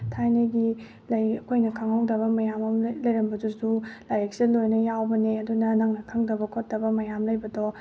ꯊꯥꯏꯅꯒꯤ ꯂꯥꯏꯔꯤꯛ ꯑꯩꯈꯣꯏꯅ ꯈꯪꯍꯧꯗꯕ ꯃꯌꯥꯝ ꯑꯃ ꯂꯩꯔꯝꯕꯗꯨꯁꯨ ꯂꯥꯏꯔꯤꯛꯁꯦ ꯂꯣꯏꯅ ꯌꯥꯎꯕꯅꯦ ꯑꯗꯨꯅ ꯅꯪꯅ ꯈꯪꯐꯕ ꯈꯣꯠꯇꯕ ꯃꯌꯥꯝ ꯂꯩꯕꯗꯣ